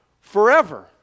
Forever